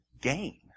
gain